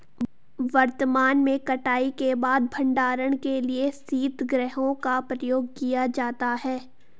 वर्तमान में कटाई के बाद भंडारण के लिए शीतगृहों का प्रयोग किया जाता है